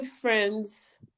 friends